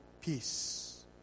peace